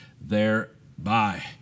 thereby